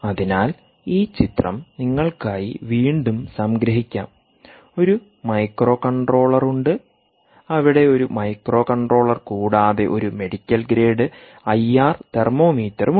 അതിനാൽ ഈ ചിത്രം നിങ്ങൾക്കായി വീണ്ടും സംഗ്രഹിക്കാം ഒരു മൈക്രോകൺട്രോളർ ഉണ്ട് അവിടെ ഒരു മൈക്രോകൺട്രോളർ കൂടാതെ ഒരു മെഡിക്കൽ ഗ്രേഡ് ഐആർ തെർമോമീറ്ററും ഉണ്ട്